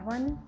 One